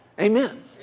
Amen